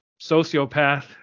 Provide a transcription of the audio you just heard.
sociopath